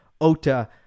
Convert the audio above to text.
Ota